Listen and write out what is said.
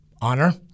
honor